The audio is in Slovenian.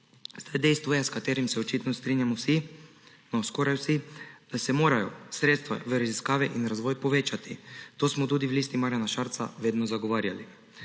sodijo. Dejstvo je, s katerim se očitno strinjamo vsi – no, skoraj vsi –, da se morajo sredstva v raziskave in razvoj povečati. To smo tudi v Listi Marjana Šarca vedno zagovarjali.